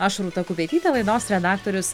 aš rūta kupetytė laidos redaktorius